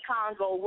Congo